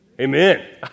Amen